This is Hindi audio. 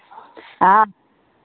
आ